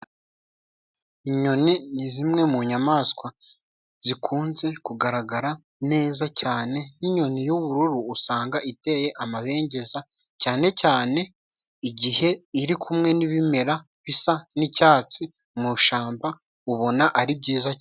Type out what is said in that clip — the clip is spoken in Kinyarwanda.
Inyoni ni zimwe mu nyamaswa zikunze kugaragara neza cyane. Nk'inyoni yubururu usanga iteye amabengeza cyane cyane igihe iri kumwe n'ibimera bisa ni'icyatsi mu ishyamba ubona ari byiza.